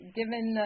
given